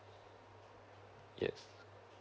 yes